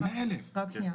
רק שניה,